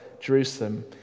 Jerusalem